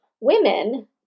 women